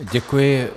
Děkuji.